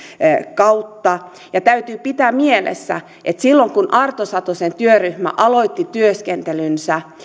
kautta ja täytyy pitää mielessä että silloin kun arto satosen työryhmä aloitti työskentelynsä